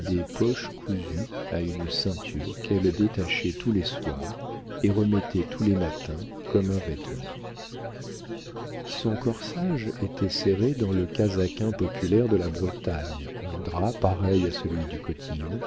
des poches cousues à une ceinture qu'elle détachait tous les soirs et remettait tous les matins comme un vêtement son corsage était serré dans le casaquin populaire de la bretagne en drap pareil à celui du cotillon